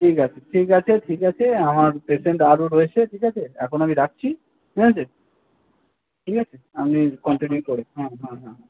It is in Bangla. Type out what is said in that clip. ঠিক আছে ঠিক আছে ঠিক আছে আমার পেশেন্ট আরও রয়েছে ঠিক আছে এখন আমি রাখছি ঠিক আছে ঠিক আছে আপনি কন্টিনিউ করুন হ্যাঁ হ্যাঁ হ্যাঁ